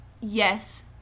Yes